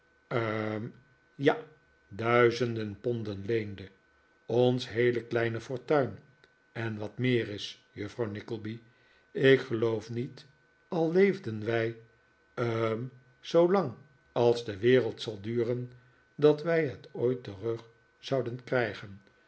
hm ja duizenden ponden leende ons heele kleine fortuin en wat meer is juffrouw nickleby ik geloof niet al leefden wij hmj zoolang als de wereld zal duren dat wij het ooit terug zouden krijgen